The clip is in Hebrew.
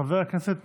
חבר הכנסת